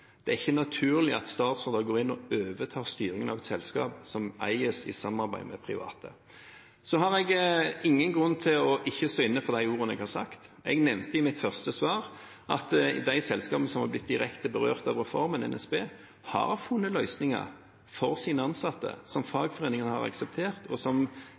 Det er ikke naturlig at statsråder går inn og overtar styringen av et selskap som eies i samarbeid med private. Jeg har ingen grunn til ikke å stå inne for de ordene jeg har sagt. Jeg nevnte i mitt første svar at de selskapene som var blitt direkte berørt av reformen, som NSB, har funnet løsninger for sine ansatte som fagforeningene har akseptert, og som